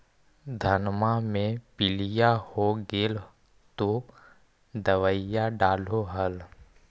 धनमा मे पीलिया हो गेल तो दबैया डालो हल?